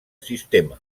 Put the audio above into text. sistema